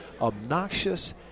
obnoxious